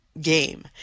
game